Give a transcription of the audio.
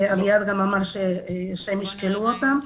אבל אביעד גם אמר שהם ישקלו אותם,